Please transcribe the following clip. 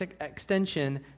extension